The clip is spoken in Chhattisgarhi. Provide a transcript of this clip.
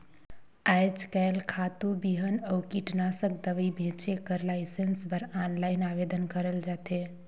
आएज काएल खातू, बीहन अउ कीटनासक दवई बेंचे कर लाइसेंस बर आनलाईन आवेदन करल जाथे